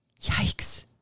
Yikes